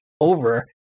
over